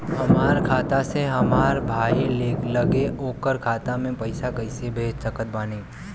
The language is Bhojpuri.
हमार खाता से हमार भाई लगे ओकर खाता मे पईसा कईसे भेज सकत बानी?